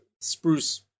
spruce